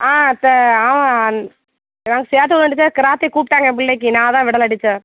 ஆ ஆமாம் நாங்கள் சேர்க்க வேண்டியது கராத்தேக்கு கூப்பிட்டாங்க என் புள்ளைக்கு நான் தான் விடலை டீச்சர்